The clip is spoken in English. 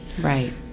Right